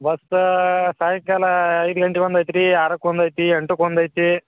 ಇವತ್ತು ಸಾಯಂಕಾಲ ಐದು ಗಂಟೆ ಒಂದು ಐತಿ ರೀ ಆರಕ್ಕೆ ಒಂದು ಐತಿ ಎಂಟಕ್ಕೊಂದು ಐತಿ